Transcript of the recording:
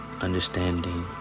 understanding